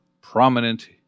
prominent